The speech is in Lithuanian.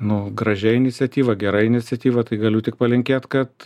nu gražia iniciatyva gera iniciatyva tai galiu tik palinkėt kad